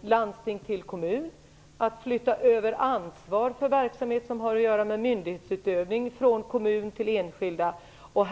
landsting till kommun och att flytta över ansvar för verksamhet som har att göra med myndighetsutövning från kommun till enskilda ligga under ytan i den här diskussionen.